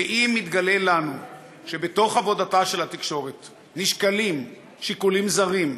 ואם יתגלה לנו שבתוך עבודתה של התקשורת נשקלים שיקולים זרים,